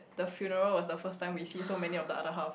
the funeral was the first time we see so many of the other half